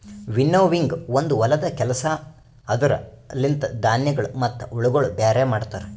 winnowing ಒಂದು ಹೊಲದ ಕೆಲಸ ಅದುರ ಲಿಂತ ಧಾನ್ಯಗಳು ಮತ್ತ ಹುಳಗೊಳ ಬ್ಯಾರೆ ಮಾಡ್ತರ